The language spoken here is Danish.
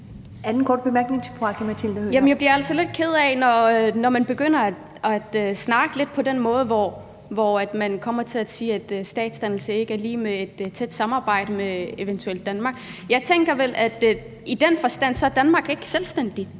Jeg bliver altså lidt ked af det, når man begynder at snakke lidt på den måde, hvor man kommer til at sige, at en statsdannelse ikke er lig med et tæt samarbejde med eventuelt Danmark. Jeg tænker vel, at Danmark i den forstand ikke er selvstændigt.